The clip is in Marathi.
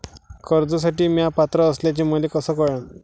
कर्जसाठी म्या पात्र असल्याचे मले कस कळन?